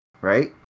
right